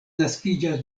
naskiĝas